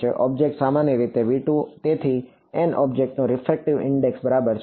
object સામાન્ય રીતે V2 તેથી n ઑબ્જેક્ટ નો રીફ્રેક્ટિવ ઇન્ડેક્સ બરાબર છે